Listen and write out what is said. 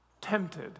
tempted